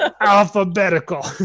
alphabetical